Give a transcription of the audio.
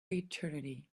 eternity